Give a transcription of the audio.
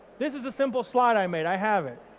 this is a simple slide i made, i have it.